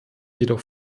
jedoch